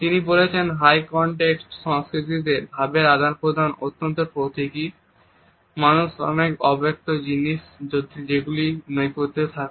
তিনি বলেছেন high context সংস্কৃতিতে ভাবের আদান প্রদান অত্যন্ত প্রতীকী এবং মানুষ অনেক অব্যক্ত জিনিস যেগুলি নৈপথ্যে থাকে